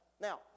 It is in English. Now